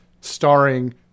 starring